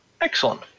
Excellent